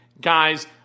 guys